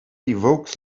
evokes